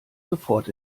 sofort